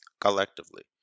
collectively